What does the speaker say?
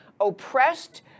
oppressed